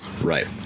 Right